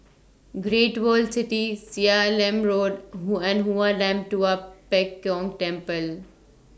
Great World City Seah Im Road Hoon and Hoon Lam Tua Pek Kong Temple